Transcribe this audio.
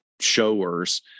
showers